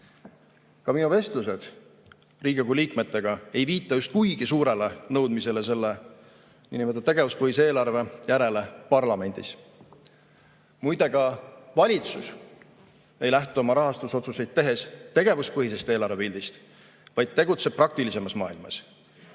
Ka minu vestlused Riigikogu liikmetega ei viita just kuigi suurele nõudmisele selle niinimetatud tegevuspõhise eelarve järele parlamendis. Muide, ka valitsus ei lähtu oma rahastusotsuseid tehes tegevuspõhisest eelarvepildist, vaid tegutseb praktilisemas maailmas.